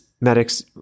medics